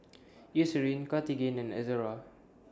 Eucerin Cartigain and Ezerra